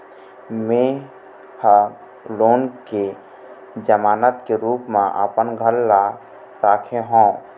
में ह लोन के जमानत के रूप म अपन घर ला राखे हों